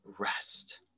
rest